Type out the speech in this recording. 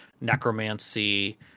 necromancy